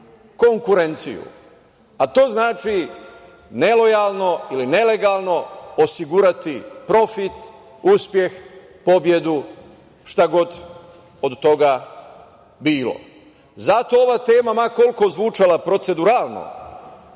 konkurenciju, a to znači nelojalno ili nelegalno osigurati profit, uspeh, pobedu, šta god od toga bilo. Zato ova tema, ma koliko zvučala proceduralno,